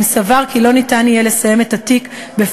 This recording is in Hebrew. אם סבר כי לא ניתן יהיה לסיים את התיק בפרק